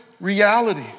reality